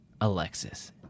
alexis